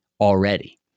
already